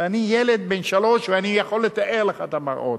ואני ילד בן שלוש, ואני יכול לתאר לך את המראות.